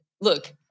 look